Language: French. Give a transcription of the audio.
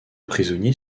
prisonniers